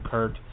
Kurt